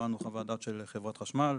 קיבלנו חוות דעת של חברת חשמל,